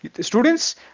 students